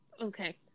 Okay